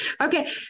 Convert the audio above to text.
Okay